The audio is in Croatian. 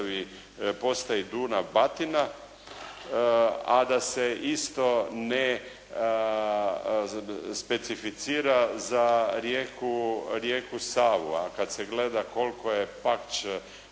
postaji Dunav – Batina, a da se isto ne specificira za rijeku Savu, a kada se gleda koliko je "Pakč"